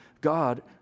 God